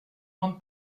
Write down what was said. grande